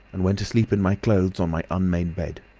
and went to sleep in my clothes on my unmade bed.